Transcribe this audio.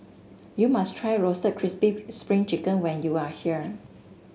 you must try Roasted Crispy Spring Chicken when you are here